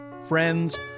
Friends